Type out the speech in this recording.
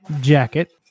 jacket